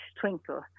twinkle